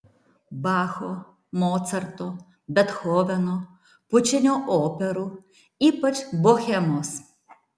bacho mocarto bethoveno pučinio operų ypač bohemos